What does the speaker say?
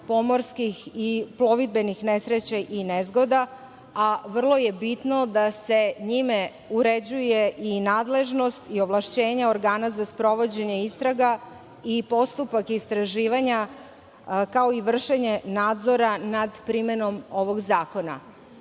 pomorskih i plovidbenih nesreća i nezgoda, a vrlo je bitno da se njime uređuje nadležnost i ovlašćenja organa za sprovođenje istraga i postupak istraživanja, kao i vršenje nadzora nad primenom ovog zakona. Ovim